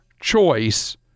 choice